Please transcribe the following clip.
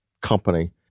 company